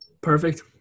Perfect